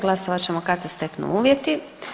Glasovat ćemo kad se steknu uvjeti.